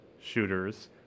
shooters